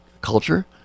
culture